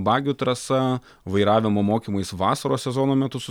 bagių trasa vairavimo mokymais vasaros sezono metu su